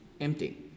empty